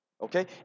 Okay